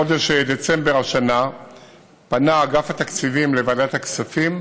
בחודש דצמבר השנה פנה אגף התקציבים לוועדת הכספים